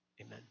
Amen